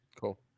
cool